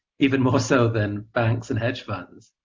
even more so than banks and hedge funds?